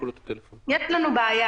יש לנו בעיה,